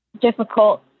difficult